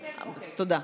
תודה.